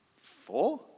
four